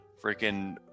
freaking